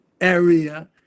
area